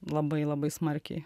labai labai smarkiai